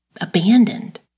abandoned